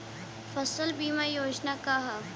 फसल बीमा योजना का ह?